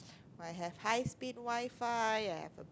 might have high speed WiFi